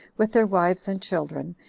with their wives and children,